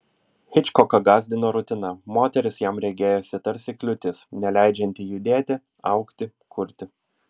hičkoką gąsdino rutina moteris jam regėjosi tarsi kliūtis neleidžianti judėti augti kurti